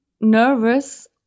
nervous